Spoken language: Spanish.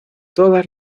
todas